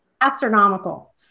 Astronomical